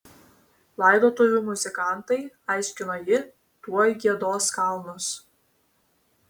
laidotuvių muzikantai aiškino ji tuoj giedos kalnus